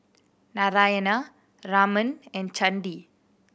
Narayana Raman and Chandi